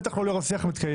בטח לא לרב שיח המתקיים.